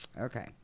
Okay